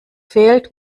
fehlt